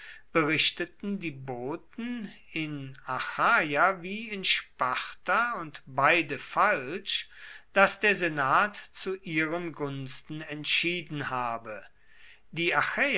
berichteten die boten in achaia wie in sparta und beide falsch daß der senat zu ihren gunsten entschieden habe die